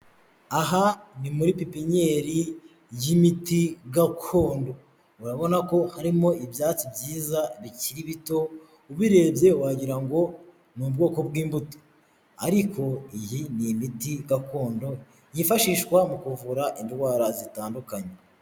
Aha ni muri pipenyeri y'imiti gakondo, urabona ko harimo ibyatsi byiza bikiri bito, ubirebye wagirango ngo ni ubwoko bw'imbuto, ariko iyi ni imiti gakondo yifashishwa mu kuvura indwara zitandukanye.